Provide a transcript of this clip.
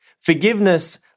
Forgiveness